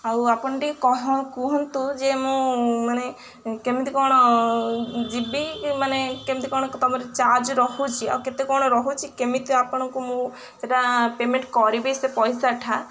ଆଉ ଆପଣ ଟିକେ କୁହନ୍ତୁ ଯେ ମୁଁ ମାନେ କେମିତି କ'ଣ ଯିବି କି ମାନେ କେମିତି କ'ଣ ତମର ଚାର୍ଜ ରହୁଛି ଆଉ କେତେ କ'ଣ ରହୁଛି କେମିତି ଆପଣଙ୍କୁ ମୁଁ ସେଟା ପେମେଣ୍ଟ କରିବି ସେ ପଇସାଟା